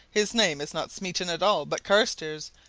his name is not smeaton at all, but carstairs,